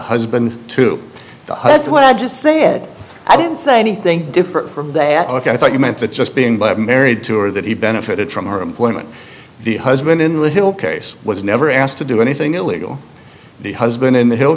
husband too high it's what i just said i didn't say anything different from that i thought you meant that just being black married to or that he benefited from her employment the husband in the hill case was never asked to do anything illegal the husband in the hill